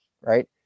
right